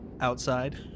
outside